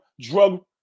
drug